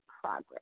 progress